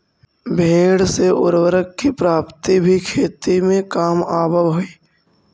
भेंड़ से उर्वरक की प्राप्ति भी खेती में काम आवअ हई